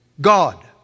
God